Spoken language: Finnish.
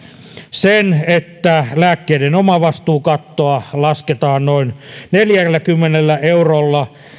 sen että lääkkeiden omavastuukattoa lasketaan noin neljälläkymmenellä eurolla